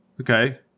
Okay